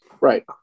Right